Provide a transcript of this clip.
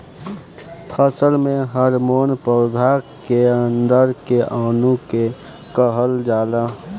फसल में हॉर्मोन पौधा के अंदर के अणु के कहल जाला